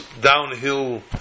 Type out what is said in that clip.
downhill